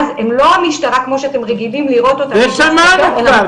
אז הם לא המשטרה כפי שאתם רגילים לראות אותה --- את זה שמענו כבר,